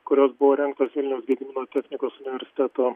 kurios buvo rengtos vilniaus gedimino technikos universiteto